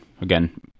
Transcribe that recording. again